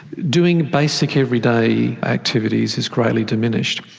doing basic everyday activities is greatly diminished.